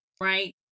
Right